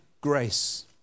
grace